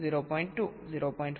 5 0